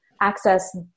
access